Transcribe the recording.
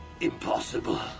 Impossible